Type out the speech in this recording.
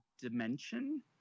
dimension